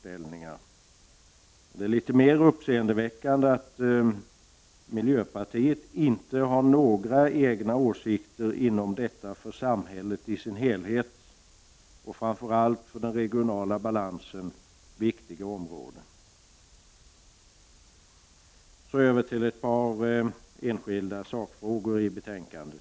Det är däremot litet mera uppseendeväckande att miljöpartiet inte har några egna åsikter när det gäller detta för samhället i sin helhet och framför allt för den regionala balansen så viktiga område. I det följande skall jag ta upp ett par enskilda sakfrågor i betänkandet.